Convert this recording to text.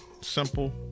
simple